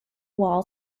wall